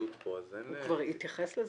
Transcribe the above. הוא כבר התייחס לזה.